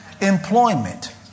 employment